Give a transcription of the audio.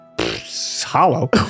hollow